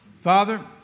Father